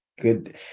Good